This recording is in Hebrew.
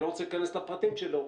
אני לא רוצה להיכנס לפרטים שלו,